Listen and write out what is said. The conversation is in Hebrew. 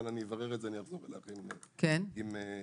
אברר ואחזור אלייך עם תשובה.